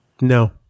No